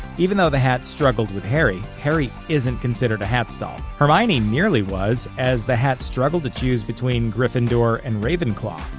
even though the hat struggled with harry, harry isn't considered a hatstall. hermione nearly was, as the hat struggled to choose between gryffindor and ravenclaw.